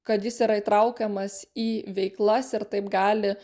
kad jis yra įtraukiamas į veiklas ir taip gali